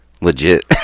Legit